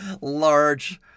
Large